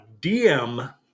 dm